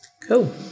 Cool